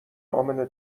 امنه